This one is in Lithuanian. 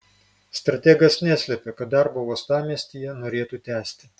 strategas neslėpė kad darbą uostamiestyje norėtų tęsti